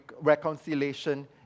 reconciliation